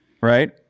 right